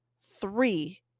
three